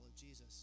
Jesus